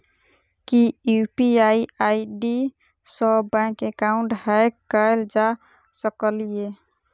की UPI ID सऽ bank account hack कैल जा सकलिये?